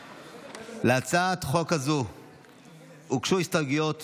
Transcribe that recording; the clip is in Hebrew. להצעת החוק הזו הוגשו הסתייגויות